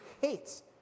hates